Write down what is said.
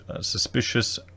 suspicious